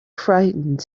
frightened